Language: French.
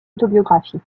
autobiographie